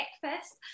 breakfast